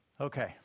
okay